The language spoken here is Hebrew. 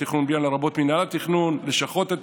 תודה רבה לך והמון המון הצלחה בהמשך הדרך